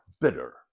bitter